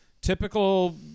Typical